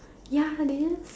ya they just